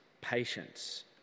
patience